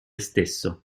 stesso